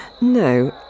No